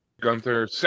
Gunther